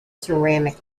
ceramic